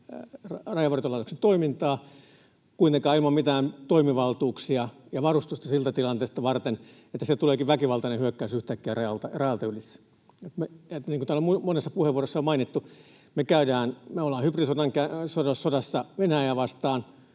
Rajavartiolaitoksen toimintaa — kuitenkin ilman mitään toimivaltuuksia ja varustusta sitä tilannetta varten, että sieltä tuleekin väkivaltainen hyökkäys yhtäkkiä rajalta ylitse. Niin kuin täällä monessa puheenvuorossa on mainittu, me ollaan hybridisodassa Venäjää vastaan.